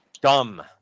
Dumb